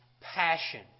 passion